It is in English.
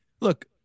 Look